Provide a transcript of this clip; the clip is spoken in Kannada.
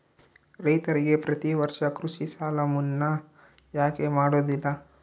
ರೈತರಿಗೆ ಪ್ರತಿ ವರ್ಷ ಕೃಷಿ ಸಾಲ ಮನ್ನಾ ಯಾಕೆ ಮಾಡೋದಿಲ್ಲ?